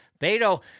Beto